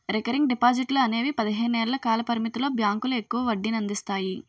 recurring డిపాజిట్లు అనేవి పదిహేను ఏళ్ల కాల పరిమితితో బ్యాంకులు ఎక్కువ వడ్డీనందిస్తాయి